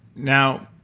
now,